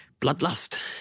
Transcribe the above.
bloodlust